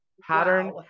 pattern